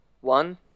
one